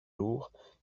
lourds